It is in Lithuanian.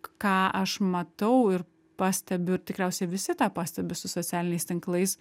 ką aš matau ir pastebiu tikriausiai visi tą pastebi su socialiniais tinklais